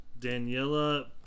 Daniela